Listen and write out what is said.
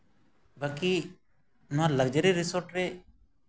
ᱵᱟᱹᱠᱤ ᱱᱚᱣᱟ luxury resort ᱨᱮ